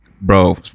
Bro